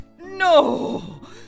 No